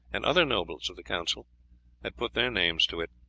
and other nobles of the council had put their names to it.